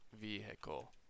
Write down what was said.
vehicle